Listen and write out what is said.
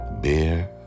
beer